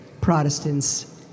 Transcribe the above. Protestants